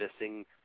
missing